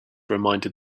reminded